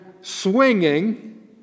swinging